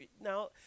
now